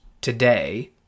today